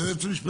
היועץ המשפטי.